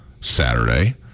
Saturday